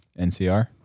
NCR